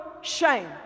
shame